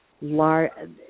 large